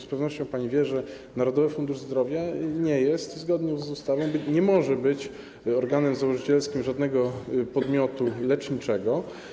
Z pewnością pani wie, że Narodowy Fundusz Zdrowia zgodnie z ustawą nie może być organem założycielskim żadnego podmiotu leczniczego.